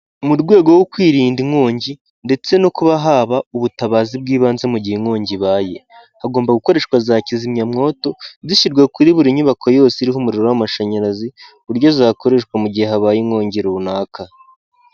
Mu rwego rwo kwirinda inkongi ndetse no kuba haba ubutabazi bw'ibanze mu gihe inkongi ibaye, hagomba gukoreshwa za kizimyamwoto zishyirwa kuri buri nyubako yose iriho umuriro w'amashanyarazi, ku buryo zakoreshwa mu gihe habaye inkongi runaka.